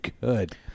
good